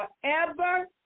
forever